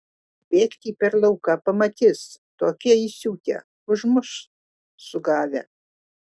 bėgti per lauką pamatys tokie įsiutę užmuš sugavę